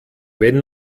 wenn